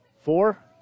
Four